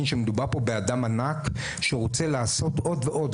שמדובר פה באדם ענק שרוצה לעשות עוד ועוד,